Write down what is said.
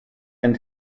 and